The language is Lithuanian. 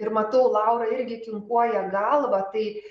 ir matau laura irgi kinkuoja galvą tai